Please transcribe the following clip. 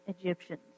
Egyptians